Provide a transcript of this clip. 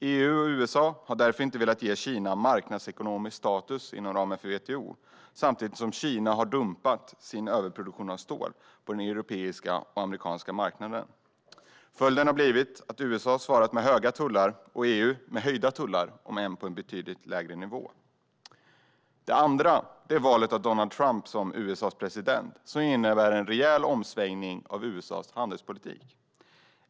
EU och USA har därför inte velat ge Kina marknadsekonomisk status inom ramen för WTO, och samtidigt har Kina dumpat sin överproduktion av stål på de europeiska och amerikanska marknaderna. Följden har blivit att USA har svarat med höga tullar och EU med höjda tullar, om än på betydligt lägre nivå. Det andra skeendet är valet av Donald Trump som USA:s president, vilket innebär en rejäl omsvängning av USA:s handelspolitik.